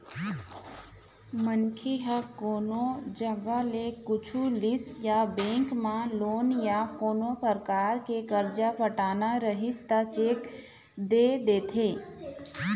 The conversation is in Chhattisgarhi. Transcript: मनखे ह कोनो जघा ले कुछु लिस या बेंक म लोन या कोनो परकार के करजा पटाना रहिस त चेक दे देथे